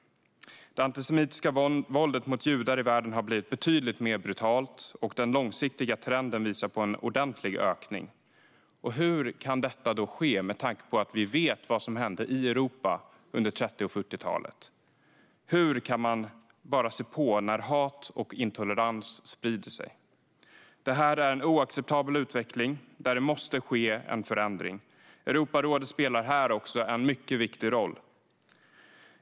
Det antisemitiska våldet mot judar i världen har blivit betydligt brutalare, och den långsiktiga trenden visar på en ordentlig ökning. Hur kan detta ske när vi vet vad som hände i Europa under 30 och 40talet? Hur kan man bara se på när hat och intolerans sprider sig? Det är en oacceptabel utveckling, och det måste ske en förändring. Här spelar Europarådet en viktig roll.